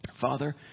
Father